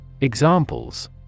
Examples